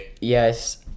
Yes